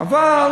אבל,